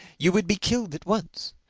you would be killed at once.